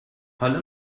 حالا